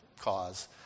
cause